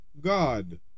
God